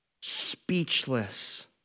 Speechless